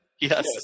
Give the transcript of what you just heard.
yes